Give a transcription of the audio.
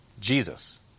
Jesus